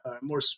more